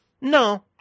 no